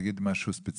תגידי משהו ספציפי.